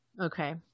Okay